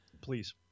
Please